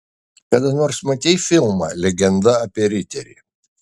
kada nors matei filmą legenda apie riterį